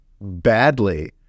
badly